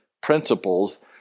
principles